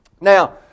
Now